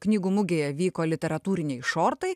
knygų mugėje vyko literatūriniai šortai